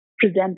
present